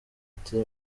ati